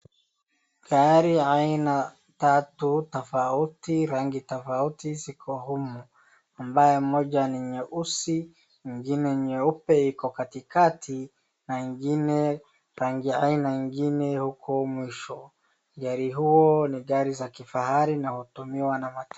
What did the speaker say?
Gari aina tatu tofauti, rangi tofauti ziko humu ambayo moja ni nyeusi, ingine ni nyeupe iko katikati na ingine rangi aina ingine huko mwisho. Gari hiyo ni gari za kifahari na hutumiwa na matajiri.